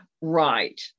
Right